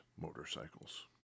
motorcycles